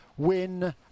Win